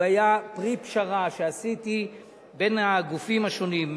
הוא היה פרי פשרה שעשיתי בין הגופים השונים,